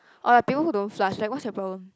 or like people who don't flush like what's your problem